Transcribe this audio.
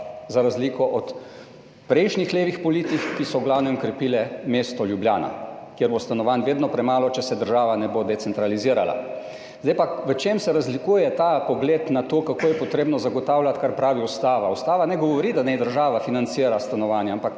Za razliko od prejšnjih levih politik, ki so v glavnem krepile mesto Ljubljana, kjer bo stanovanj vedno premalo, če se država ne bo decentralizirala. Zdaj pa, v čem se razlikuje ta pogled na to, kako je treba zagotavljati to, kar pravi ustava. Ustava ne govori, da naj država financira stanovanja,